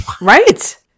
Right